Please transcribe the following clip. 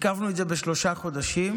עיכבנו את זה בשלושה חודשים,